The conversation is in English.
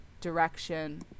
direction